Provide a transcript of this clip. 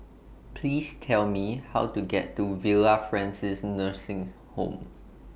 Please Tell Me How to get to Villa Francis Nursing Home